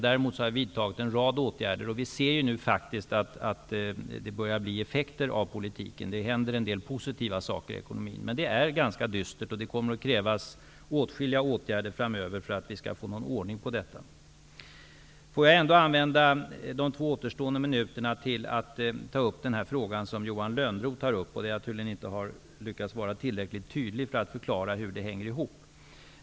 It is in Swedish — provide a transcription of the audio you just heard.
Däremot har vi vidtagit en rad åtgärder. Vi ser nu faktiskt att det börjar bli effekter av denna politik. Det händer en del positiva saker i ekonomin. Men det är ganska dystert, och det kommer att krävas åtskilliga åtgärder framöver för att vi skall få någon ordning på detta. Jag vill använda de två återstående minuterna till att kommentera den fråga som Johan Lönnroth tog upp, där jag tydligen inte har lyckats vara tillräckligt tydlig för att förklara hur det hänger ihop.